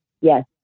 Yes